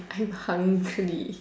I'm hungry